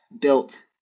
built